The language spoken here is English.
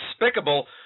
despicable